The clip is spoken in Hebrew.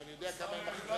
משום שאני יודע כמה הם אחראים.